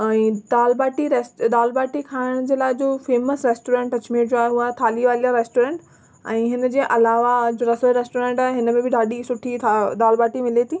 ऐं दालि भाटी रस ते दालि भाटी खाइण जे लाइ जो फेमस रेस्टोरेंट अजमेर जा हुआ थाली वाली रेस्टोरेंट ऐं हिनजे अलावा अॼु रसोई रेस्टोरेंट आहे हिनमें बि ॾाढी सुठी था दालि भाटी मिले थी